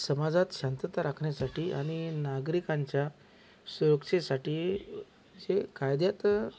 समाजात शांतता राखण्यासाठी आणि नागरिकांच्या सुरक्षेसाठी असे कायद्यात